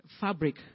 fabric